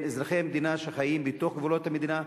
אזרחי המדינה שחיים בתוך גבולות המדינה,